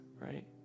right